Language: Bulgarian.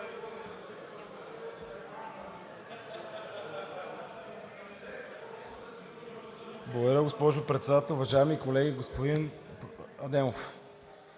Благодаря, госпожо Председател. Уважаеми колеги, господин